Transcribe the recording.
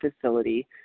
facility